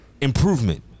Improvement